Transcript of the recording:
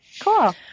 Cool